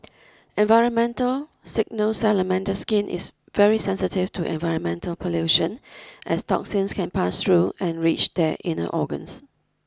environmental signals salamander skin is very sensitive to environmental pollution as toxins can pass through and reach their inner organs